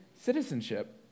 citizenship